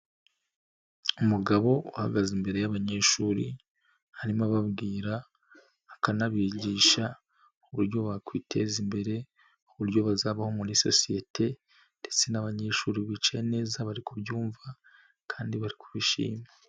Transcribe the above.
Umugabo uhagaze imbere y'abanyeshuri arimo ababwira akanabigisha uburyo bakwiteza imbere, uburyo bazabaho muri sosiyete, ndetse n'abanyeshuri bicaye neza bari kubyumva kandi bari kubishima.